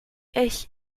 ich